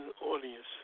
audience